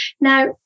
Now